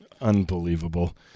Unbelievable